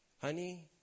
honey